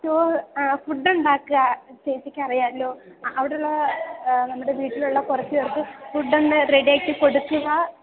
ചോ ഫുഡ് ഉണ്ടാക്കുക ചേച്ചിക്കറിയാമല്ലോ ആ അവിടെ ഉള്ള നമ്മുടെ വീട്ടിൽ ഉള്ള കുറച്ച് പേര്ക്ക് ഫുഡൊന്ന് റെഡിയാക്കി കൊടുക്കുക